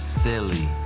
silly